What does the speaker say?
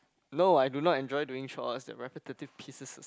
no I do not enjoy doing choirs the repetitive pieces